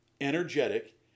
energetic